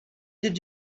did